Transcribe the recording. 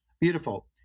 Beautiful